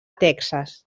texas